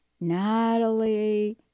Natalie